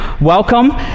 welcome